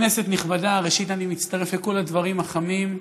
כנסת נכבדה, ראשית, אני מצטרף לכל הדברים החמים,